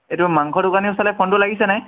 এইটো মাংস দোকানী ওচৰলৈ ফোনটো লাগিছে নাই